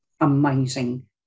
amazing